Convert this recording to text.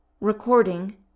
Recording